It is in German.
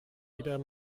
wieder